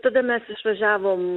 tada mes išvažiavom